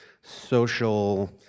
social